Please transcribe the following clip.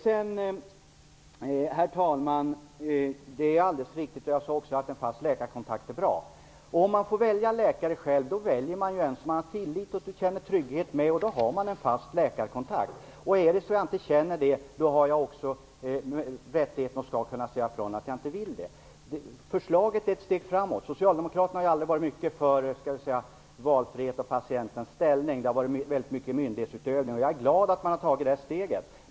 Herr talman! Det är alldeles riktigt, som jag sade, att en fast läkarkontakt är bra. Om man själv får välja en läkare, då väljer man en läkare som man har tillit till och känner sig trygg med, och då har man en fast läkarkontakt. Om jag inte känner det, har jag också rättigheten att säga ifrån. Förslaget innebär ett steg framåt. Socialdemokraterna har ju aldrig varit mycket för valfrihet eller frågan om patientens ställning, utan det har väldigt mycket handlat om myndighetsutövning. Jag är glad att man har tagit detta steg.